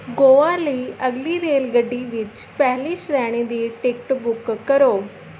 ਗੋਆ ਲਈ ਅਗਲੀ ਰੇਲਗੱਡੀ ਵਿੱਚ ਪਹਿਲੀ ਸ਼੍ਰੇਣੀ ਦੀ ਟਿਕਟ ਬੁੱਕ ਕਰੋ